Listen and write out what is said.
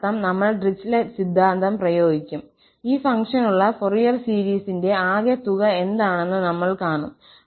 അതിനർത്ഥം നമ്മൾ ഡിറിച്ലെറ്റ് സിദ്ധാന്തം പ്രയോഗിക്കും ഈ ഫംഗ്ഷനുള്ള ഫൊറിയർ സീരീസിന്റെ ആകെ തുക എന്താണെന്ന് നമ്മൾ കാണും